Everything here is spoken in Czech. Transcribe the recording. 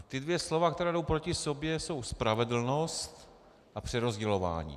Ta dvě slova, která jdou proti sobě, jsou spravedlnost a přerozdělování.